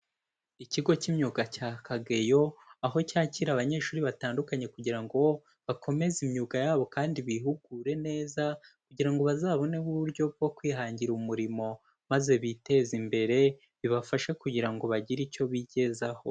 Ikigo cy'imyuga cya Kageyo, aho cyakira abanyeshuri batandukanye kugira ngo bakomeze imyuga yabo kandi bihugure neza, kugira ngo bazabone uburyo bwo kwihangira umurimo, maze biteze imbere bibafashe kugira ngo bagire icyo bigezaho.